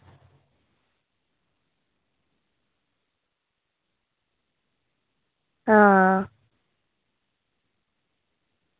आं